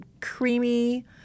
creamy